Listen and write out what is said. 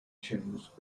changed